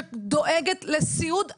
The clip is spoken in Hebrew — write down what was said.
שדואגת לסיעוד הגוף,